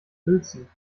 uelzen